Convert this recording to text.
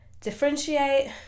differentiate